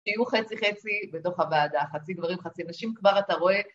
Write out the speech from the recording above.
תהיו חצי חצי בתוך הוועדה, חצי גברים, חצי נשים, כבר אתה רואה